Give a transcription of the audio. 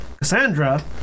Cassandra